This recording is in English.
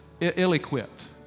ill-equipped